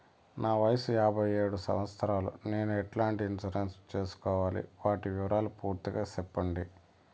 నా వయస్సు యాభై ఏడు సంవత్సరాలు నేను ఎట్లాంటి ఇన్సూరెన్సు సేసుకోవాలి? వాటి వివరాలు పూర్తి గా సెప్పండి?